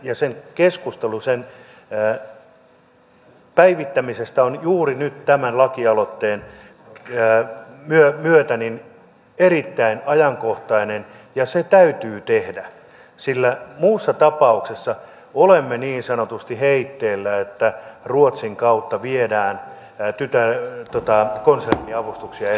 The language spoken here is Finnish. keskustelu sen päivittämisestä on juuri nyt tämän lakialoitteen myötä erittäin ajankohtainen ja se täytyy tehdä sillä muussa tapauksessa olemme niin sanotusti heitteillä kun ruotsin kautta viedään konserniavustuksia eteenpäin suomesta